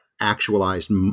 actualized